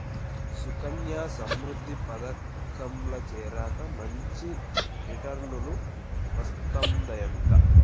సుకన్యా సమృద్ధి పదకంల చేరాక మంచి రిటర్నులు వస్తందయంట